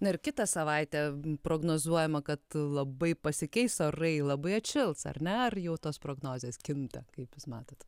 na ir kitą savaitę prognozuojama kad labai pasikeis orai labai atšils ar ne ar jau tos prognozės kinta kaip jūs matot